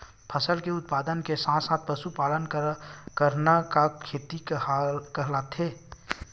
फसल के उत्पादन के साथ साथ पशुपालन करना का खेती कहलाथे?